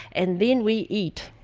and then we eat.